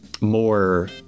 more